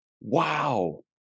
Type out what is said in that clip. Wow